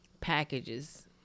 packages